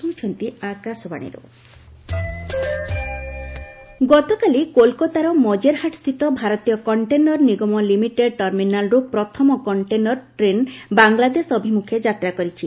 container train Bangladesh ଗତକାଲି କୋଲକାତାର ମଜେର୍ହାଟସ୍ଥିତ ଭାରତୀୟ କଣ୍ଟେନର ନିଗମ ଲିମିଟେଡ୍ ଟର୍ମିନାଲ୍ରୁ ପ୍ରଥମ କଣ୍ଟେନର ଟ୍ରେନ୍ ବାଂଲାଦେଶ ଅଭିମୁଖେ ଯାତ୍ରା କରିଛି